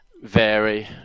vary